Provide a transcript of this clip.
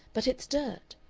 but it's dirt.